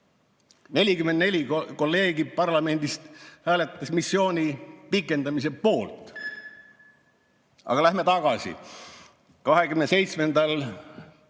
44 kolleegi parlamendist hääletas missiooni pikendamise poolt. Aga läheme tagasi: 27.